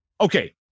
okay